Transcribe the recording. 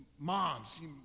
Moms